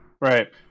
right